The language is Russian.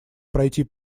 пройти